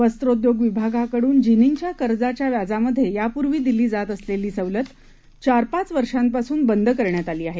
वस्त्रोद्योग विभागाकडून जिनिंगच्या कर्जाच्या व्याजामध्ये यापूर्वी दिली जात असलेली सवलत चार पाच वर्षापासून बंद करण्यात आली आहे